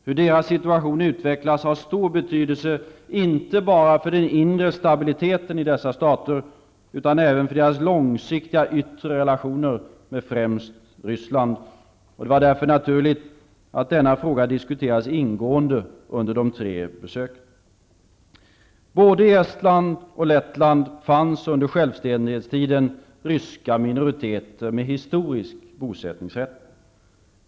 Hur deras situation utvecklas har stor betydelse inte bara för den inre stabiliteten i dessa stater, utan även för deras långsiktiga yttre relationer med främst Ryssland. Det var därför naturligt att denna fråga diskuterades ingående under de tre besöken. Både i Estland och i Lettland fanns det under självständighetstiden ryska minoriteter med historisk bosättningsrätt.